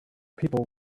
people